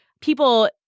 people